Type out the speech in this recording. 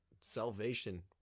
salvation